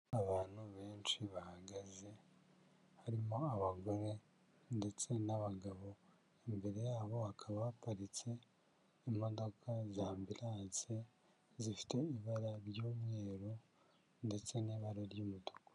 Abantu benshi bahagaze harimo abagore ndetse n'abagabo, imbere yabo hakaba haparitse imodoka z'ambiranse zifite ibara ry'umweru ndetse n'ibara ry'umutuku.